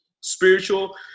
spiritual